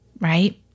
right